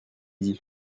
dit